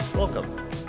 Welcome